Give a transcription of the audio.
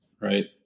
right